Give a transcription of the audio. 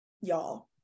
y'all